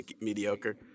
Mediocre